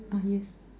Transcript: ah yes